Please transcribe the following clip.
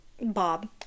bob